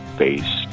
face